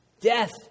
death